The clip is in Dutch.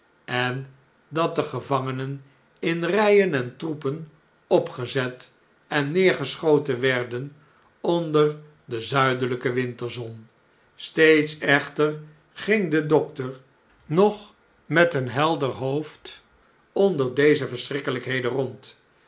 en dat de gevangenen in rgen en troepen opgezet en neergeschoten werden onder de zuideljjke winterzon steeds echter ging stjlte te midden van den stoem de dokter nog met een helder hoofd onder deze verschrikkefpheden rond